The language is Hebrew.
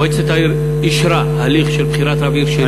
מועצת העיר אישרה הליך של בחירת רב עיר שני.